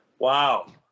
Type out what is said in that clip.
Wow